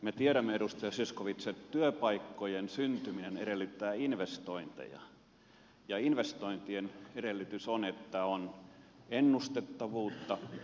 me tiedämme edustaja zyskowicz että työpaikkojen syntyminen edellyttää investointeja ja investointien edellytys on että on ennustettavuutta ja pitkäjänteisyyttä